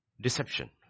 deception